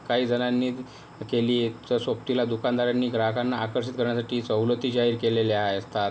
काहीजणांनी केली तर सोबतीला दुकानदारांनी ग्राहकांना आकर्षित करण्यासाठी सवलती जाहीर केलेल्या आहे असतात